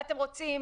אתם רוצים